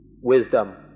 wisdom